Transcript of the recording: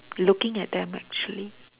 looking at them actually